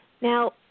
Now